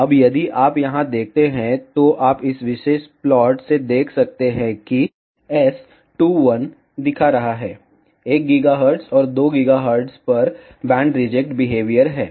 अब यदि आप यहां देखते हैं तो आप इस विशेष प्लॉट से देख सकते हैं कि S21 दिखा रहा है 1 GHz और 2 GHz पर बैंड रिजेक्ट बिहेवियर है